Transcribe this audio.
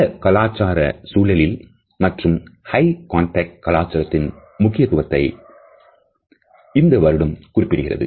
பல கலாச்சார சூழலில் மற்றும் ஹய் கான்டக்ட் கலாச்சாரத்தின் முக்கியத்துவத்தை இந்த வருடம் குறிப்பிடுகிறது